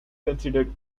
considered